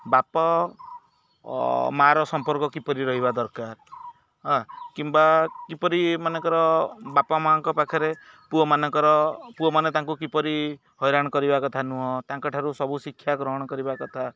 ବାପା ମାଆର ସମ୍ପର୍କ କିପରି ରହିବା ଦରକାର ହଁ କିମ୍ବା କିପରି ମାନଙ୍କର ବାପା ମାଆ ଙ୍କ ପାଖରେ ପୁଅମାନଙ୍କର ପୁଅମାନେ ତାଙ୍କୁ କିପରି ହଇରାଣ କରିବା କଥା ନୁହଁ ତାଙ୍କ ଠାରୁ ସବୁ ଶିକ୍ଷା ଗ୍ରହଣ କରିବା କଥା